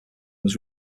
was